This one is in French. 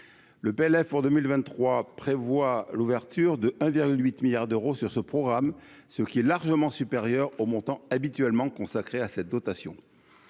le PLF pour 2023 prévoit l'ouverture de 1 virgule 8 milliards d'euros sur ce programme, ce qui est largement supérieure au montant habituellement consacrée à cette dotation